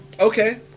okay